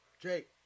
Jake